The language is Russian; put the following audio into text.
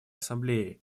ассамблеи